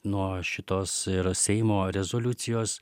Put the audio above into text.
nuo šitos seimo rezoliucijos